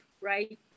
right